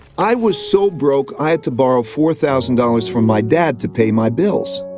i was so broke, i had to borrow four thousand dollars from my dad to pay my bills.